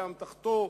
באמתחתו,